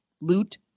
Loot